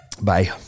Bye